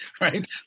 right